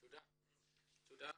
תודה.